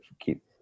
keep